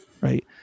right